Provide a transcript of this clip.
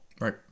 right